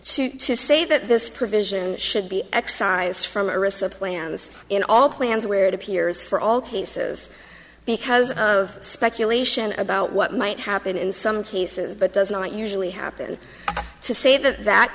suit to say that this provision should be excised from a wrist of plans in all plans where it appears for all cases because of speculation about what might happen in some cases but does not usually happen to say that that